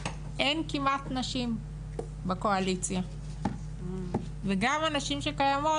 אין כמעט נשים בקואליציה וגם הנשים שקיימות,